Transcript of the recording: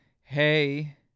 Hey